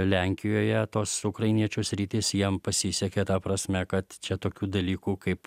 lenkijoje tos ukrainiečių sritys jiem pasisekė ta prasme kad čia tokių dalykų kaip